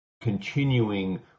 continuing